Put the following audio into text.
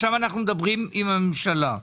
עכשיו אנחנו מדברים עם הממשלה.